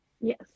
Yes